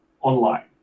online